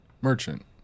Merchant